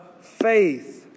faith